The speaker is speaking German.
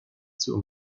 zur